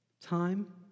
Time